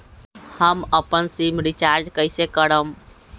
हम अपन sim recharge कइसे करम?